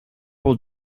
will